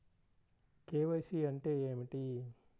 KYC అంటే ఏమిటి?